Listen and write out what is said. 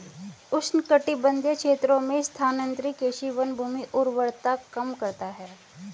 उष्णकटिबंधीय क्षेत्रों में स्थानांतरित कृषि वनभूमि उर्वरता कम करता है